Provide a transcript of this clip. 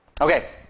Okay